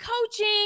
coaching